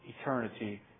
eternity